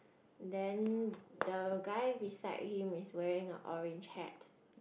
then the guy beside him is wearing a orange hat